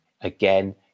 Again